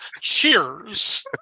Cheers